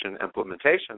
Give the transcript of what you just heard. implementation